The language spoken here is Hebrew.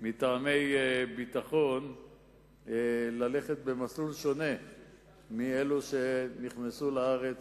מטעמי ביטחון ללכת במסלול שונה מאלו שנכנסו לארץ